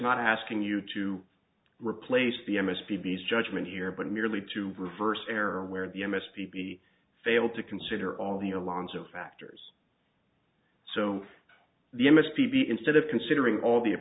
not asking you to replace the m s p b's judgement here but merely to reverse error where the m s p be failed to consider all the alonzo factors so the m s p b instead of considering all the